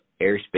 airspace